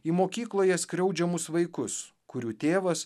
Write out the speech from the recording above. į mokykloje skriaudžiamus vaikus kurių tėvas